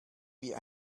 wie